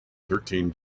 thirteen